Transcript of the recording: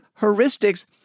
heuristics